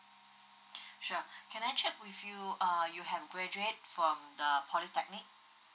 sure can I check with you uh you have graduate from the polytechnic